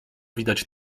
widać